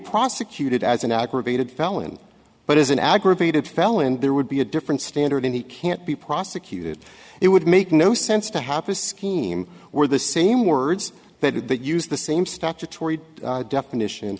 prosecuted as an aggravated felon but as an aggravated felon there would be a different standard and he can't be prosecuted it would make no sense to happen scheme where the same words that would that use the same statutory definition